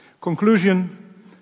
Conclusion